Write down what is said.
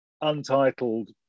untitled